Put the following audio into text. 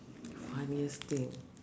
funniest thing